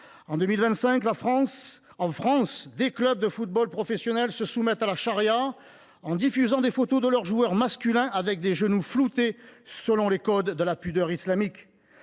En 2025, en France, des clubs de football professionnels se soumettent à la charia, en diffusant des photos de leurs joueurs masculins genoux floutés, selon les codes de la pudeur islamique.